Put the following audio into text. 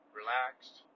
relaxed